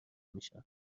میشم